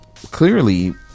clearly